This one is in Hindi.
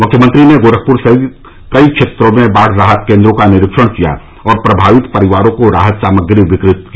मुख्यमंत्री ने गोरखपुर सहित कई क्षेत्रों में बाढ़ राहत केन्द्रों का निरीक्षण किया और प्रभावित परिवारों को राहत सामग्री वितरित की